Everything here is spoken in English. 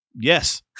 Yes